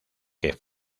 que